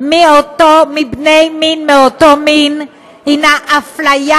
בני אותו מין היא הפליה